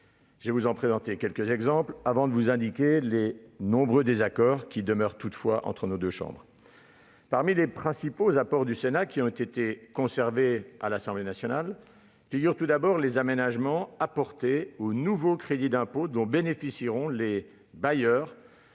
le Sénat. J'en donnerai quelques exemples, avant d'indiquer les nombreux désaccords qui demeurent toutefois entre les deux assemblées. Parmi les principaux apports du Sénat qui ont été conservés par l'Assemblée nationale figurent tout d'abord les aménagements apportés au nouveau crédit d'impôt dont bénéficieront les bailleurs